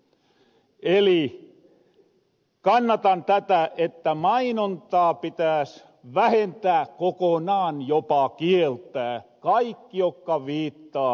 eli kannatan tätä että mainontaa pitääs vähentää kokonaan jopa kieltää kaikki jokka viittaa alkoholin suhteen